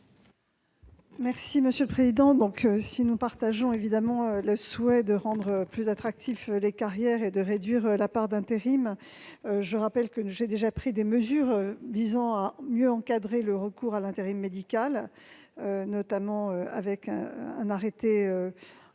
du Gouvernement ? Si nous partageons évidemment le souhait de rendre plus attractives les carrières et de réduire la part de l'intérim, je rappelle que j'ai déjà pris des mesures visant à mieux encadrer le recours à l'intérim médical, notamment avec un arrêté en